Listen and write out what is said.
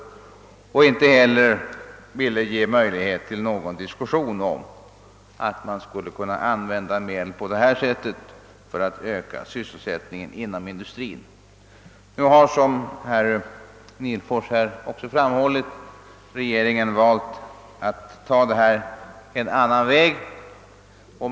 Inte heller ville man diskutera möjligheten att använda medel för att öka sysselsättningen inom industrin. Som herr Nihlfors framhållit har regeringen nu valt att gå en annan väg.